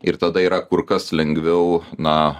ir tada yra kur kas lengviau na